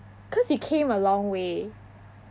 cause they came a long way